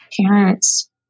parents